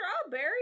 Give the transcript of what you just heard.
Strawberry